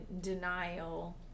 denial